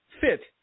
fit